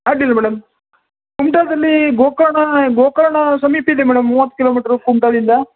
ಅಡ್ಡಿಲ್ಲ ಮೇಡಮ್ ಕುಮ್ಟಾದಲ್ಲಿ ಗೋಕರ್ಣ ಗೋಕರ್ಣ ಸಮೀಪ ಇದೆ ಮೇಡಮ್ ಮೂವತ್ತು ಕಿಲೋಮೀಟ್ರು ಕುಮ್ಟಾದಿಂದ